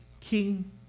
King